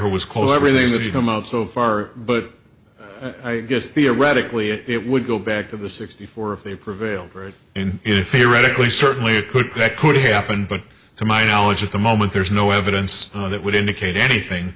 who was called everything that you come out so far but i guess theoretically it would go back to the sixty four if they prevail and if you radically certainly could that could happen but to my knowledge at the moment there's no evidence that would indicate anything